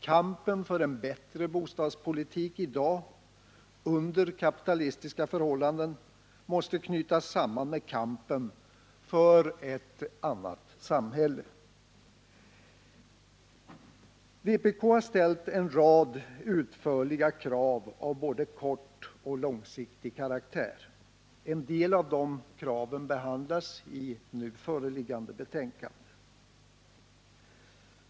Kampen för en bättre bostadspolitik i dag — under kapitalistiska förhållanden — måste knytas samman med kampen för ett annat, ett socialistiskt, samhälle. Vpk har ställt en rad utförliga krav av både kortoch långsiktig karaktär. En del av dem behandlas i föreliggande betänkande.